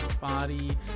body